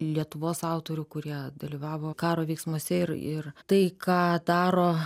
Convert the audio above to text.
lietuvos autorių kurie dalyvavo karo veiksmuose ir ir tai ką daro